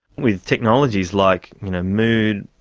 with technologies like you know mood,